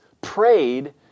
prayed